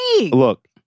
Look